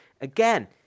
Again